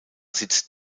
sitzt